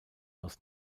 aus